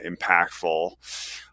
impactful